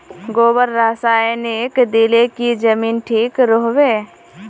गोबर रासायनिक दिले की जमीन ठिक रोहबे?